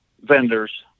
vendors